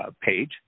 page